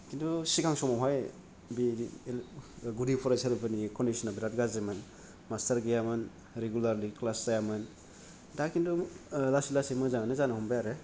खिन्थु सिगां समावहाय बिदि गुदि फरायसालिफोरनि कन्डिसना बिराद गाज्रिमोन मास्टार गैयामोन रिगुलारलि क्लास जायामोन दा खिन्थु लासै लासै मोजाङानो जानो हमबाय आरो